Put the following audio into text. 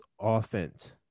offense